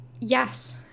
yes